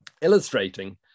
illustrating